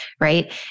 right